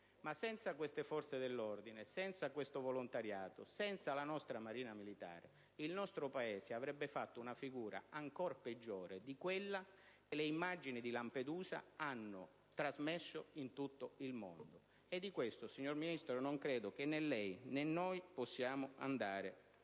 Ma senza di esse, senza il volontariato o la Marina militare, il nostro Paese avrebbe fatto una figura ancor peggiore di quella che le immagini di Lampedusa hanno trasmesso in tutto il mondo. E di questo, signor Ministro, non credo che né lei né noi possiamo andare